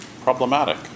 problematic